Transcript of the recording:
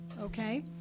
okay